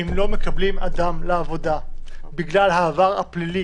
אם לא מקבלים אדם לעבודה בגלל שדרשו ממנו את העבר הפלילי